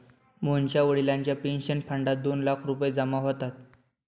मोहनच्या वडिलांच्या पेन्शन फंडात दोन लाख रुपये जमा होतात